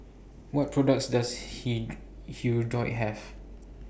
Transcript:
What products Does Hirudoid Have